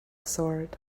sword